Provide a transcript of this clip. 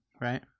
Right